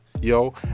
yo